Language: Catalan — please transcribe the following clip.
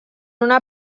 una